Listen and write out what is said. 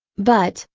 but,